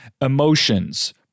emotions